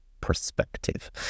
perspective